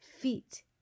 feet